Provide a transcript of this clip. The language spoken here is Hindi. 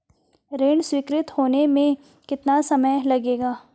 ऋण स्वीकृति होने में कितना समय लगेगा?